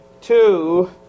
two